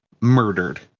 murdered